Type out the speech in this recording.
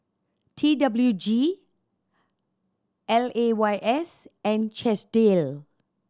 T W G L A Y S and Chesdale